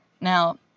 Now